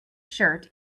shirt